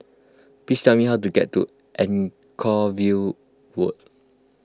please tell me how to get to Anchorvale Walk